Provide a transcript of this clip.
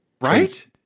Right